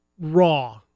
raw